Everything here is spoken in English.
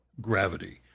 gravity